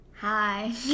hi